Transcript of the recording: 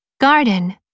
garden